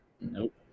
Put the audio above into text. Nope